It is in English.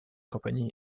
company